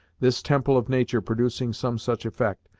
this temple of nature producing some such effect,